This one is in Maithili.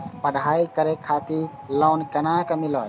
पढ़ाई करे खातिर लोन केना मिलत?